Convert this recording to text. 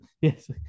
yes